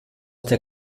der